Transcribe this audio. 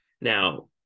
now